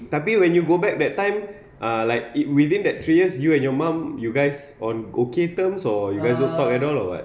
tapi when you go back that time uh like it within that three years you and your mum you guys on okay terms or you guys don't talk at all or what